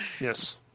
Yes